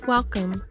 Welcome